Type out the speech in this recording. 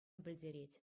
пӗлтерет